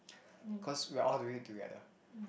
cause we are all doing it together